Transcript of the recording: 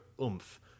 oomph